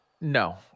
No